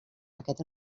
aquest